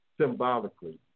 symbolically